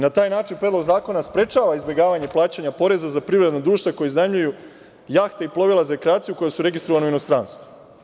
Na taj način Predlog zakona sprečava izbegavanje plaćanja poreza za privredna društva koja iznajmljuju jahte i plovila za rekreaciju koja su registrovana u inostranstvu.